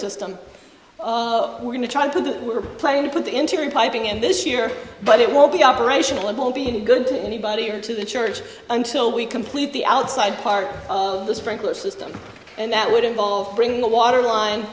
system we're going to try to the we're planning to put the interior piping in this year but it won't be operational and won't be any good to anybody or to the church until we complete the outside part of the sprinkler system and that would involve bringing the water line